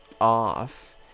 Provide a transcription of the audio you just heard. off